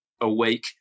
awake